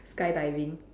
skydiving